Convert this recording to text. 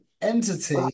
entity